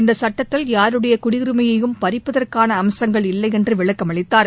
இந்த சுட்டத்தில் யாருடைய குடியுரிமையையும் பறிப்பதற்கான அம்சங்கள் இல்லையென்று விளக்கமளித்தார்